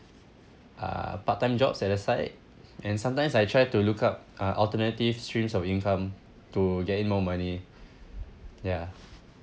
uh part time jobs at the side and sometimes I try to look up uh alternative streams of income to get in more money ya